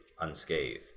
unscathed